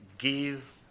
Give